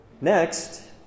Next